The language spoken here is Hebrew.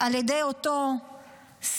על ידי אותו שטן.